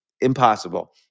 impossible